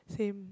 same